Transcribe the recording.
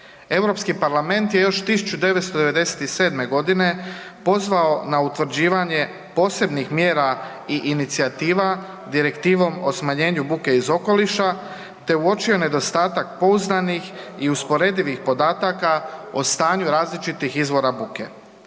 EU. EU parlament je još 1997. g. pozvao na utvrđivanje posebnih mjera i inicijativa Direktivom o smanjenju buke iz okoliša te uočio nedostatak pouzdanih i usporedivih podataka o stanju različitih izvora buke.